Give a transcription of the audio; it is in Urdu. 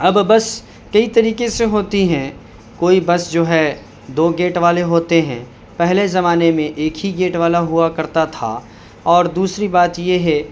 اب بس کئی طریقے سے ہوتی ہیں کوئی بس جو ہے دو گیٹ والے ہوتے ہیں پہلے زمانے میں ایک ہی گیٹ والا ہوا کرتا تھا اور دوسری بات یہ ہے